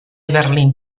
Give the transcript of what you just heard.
berlín